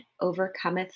overcometh